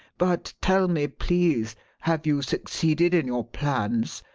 but tell me, please have you succeeded in your plans?